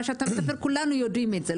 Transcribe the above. מה שאתה מספר כולנו יודעים את זה,